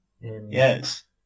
Yes